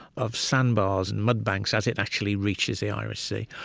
of sandbars and mud banks as it actually reaches the irish sea.